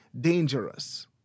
dangerous